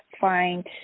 find